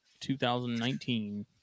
2019